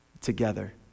together